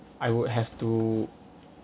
I would have to